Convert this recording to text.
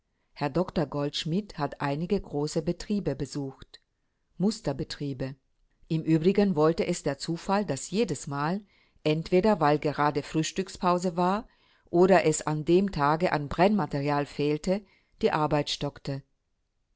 herr dr goldschmidt hat einige große betriebe besucht musterbetriebe im übrigen wollte es der zufall daß jedesmal entweder weil gerade frühstückspause war oder es an dem tage an brennmaterial fehlte die arbeit stockte